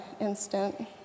instant